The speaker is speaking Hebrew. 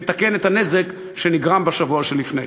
מתקן את הנזק שנגרם בשבוע שלפני.